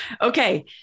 Okay